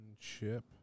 Chip